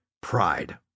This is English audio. pride